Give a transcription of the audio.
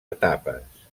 etapes